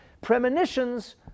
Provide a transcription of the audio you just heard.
premonitions